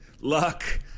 luck